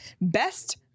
best